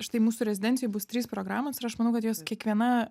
štai mūsų rezidencijoj bus trys programos ir aš manau kad jos kiekviena